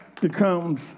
becomes